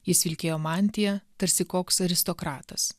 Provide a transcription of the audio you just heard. jis vilkėjo mantiją tarsi koks aristokratas